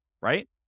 right